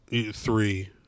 three